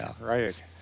right